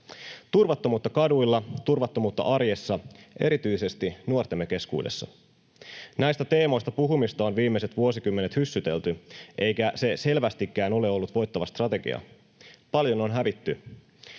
Turvattomuutta kaduilla, turvattomuutta arjessa, erityisesti nuortemme keskuudessa. Näistä teemoista puhumista on viimeiset vuosikymmenet hyssytelty, eikä se selvästikään ole ollut voittava strategia. Paljon on hävitty